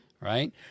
right